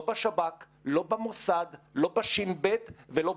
לא בשב"כ, לא במוסד, אין.